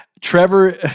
Trevor